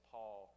Paul